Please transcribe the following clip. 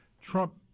Trump